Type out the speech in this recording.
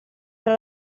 tra